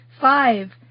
Five